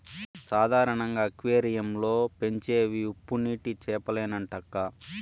సాధారణంగా అక్వేరియం లో పెంచేవి ఉప్పునీటి చేపలేనంటక్కా